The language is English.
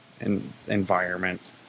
environment